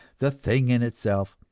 the thing in itself